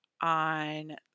on